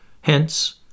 hence